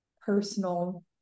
personal